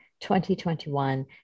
2021